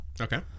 Okay